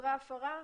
כשאותרה הפרה,